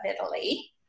Italy